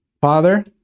Father